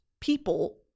people